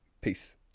peace